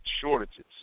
shortages